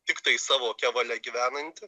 tiktai savo kevale gyvenanti